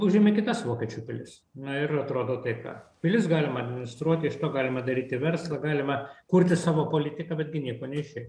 užėmė kitas vokiečių pilis na ir atrodo tai ką pilis galima administruoti iš to galima daryti verslą galima kurti savo politiką betgi nieko neišėjo